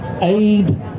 aid